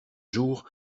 jour